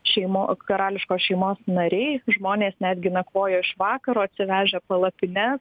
šeimos karališkos šeimos nariai žmonės netgi nakvojo iš vakaro atsivežę palapines